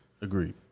Agreed